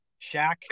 Shaq